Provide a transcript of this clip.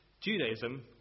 Judaism